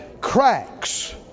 Cracks